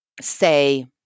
say